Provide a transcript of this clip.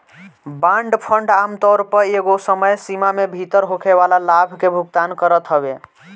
bond fund आमतौर पअ एगो समय सीमा में भीतर होखेवाला लाभ के भुगतान करत हवे